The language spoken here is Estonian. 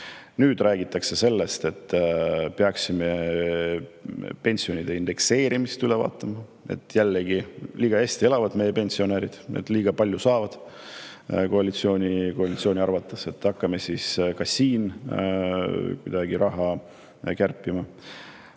Nüüd räägitakse sellest, et peaksime pensionide indekseerimise üle vaatama. Jällegi: liiga hästi elavad meie pensionärid, liiga palju saavad koalitsiooni arvates. Nii et hakkame ka siin kuidagi raha kärpima.